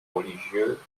religieux